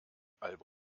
album